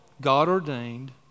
God-ordained